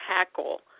tackle